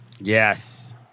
yes